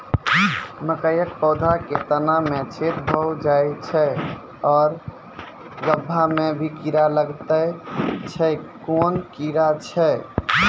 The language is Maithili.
मकयक पौधा के तना मे छेद भो जायत छै आर गभ्भा मे भी कीड़ा लागतै छै कून कीड़ा छियै?